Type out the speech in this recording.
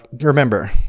remember